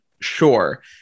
sure